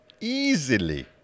Easily